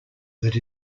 that